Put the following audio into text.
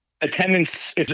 attendance